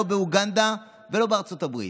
לא באוגנדה ולא בארצות הברית,